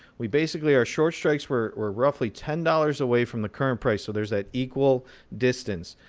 we basically our short strikes were were roughly ten dollars away from the current price, so there's that equal distance.